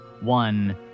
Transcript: One